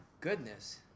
goodness